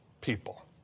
people